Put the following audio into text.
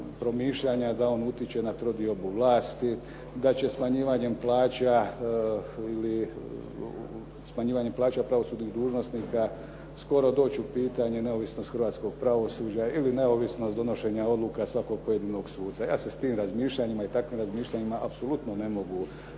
promišljanja da on utiče na trodiobu vlasti, da će smanjivanjem plaća pravosudnih dužnosnika skoro doći u pitanje neovisnost hrvatskog pravosuđa ili neovisnost donošenja odluka svakog pojedinog suca. Ja se s tim razmišljanjima i takvim razmišljanjima apsolutno ne mogu